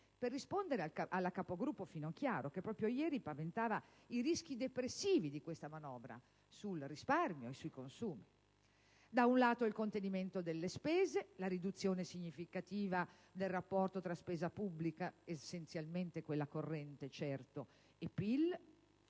per rispondere alla capogruppo Finocchiaro, che proprio ieri paventava i rischi depressivi di questa manovra sul risparmio e sui consumi. Da un lato c'è il contenimento delle spese, la riduzione significativa del rapporto tra spesa pubblica -essenzialmente quella corrente, certo - e il PIL.